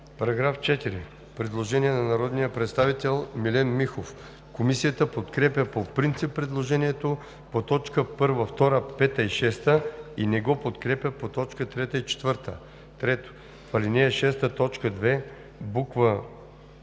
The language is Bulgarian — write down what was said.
По § 4 има предложение от народния представител Милен Михов. Комисията подкрепя по принцип предложението по точки 1, 2, 5 и 6 и не го подкрепя по точки 3 и 4: „3. В ал. 6, т. 2, буква